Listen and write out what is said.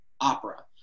opera